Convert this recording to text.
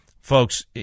folks